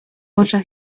oczach